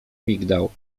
migdał